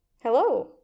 Hello